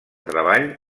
treball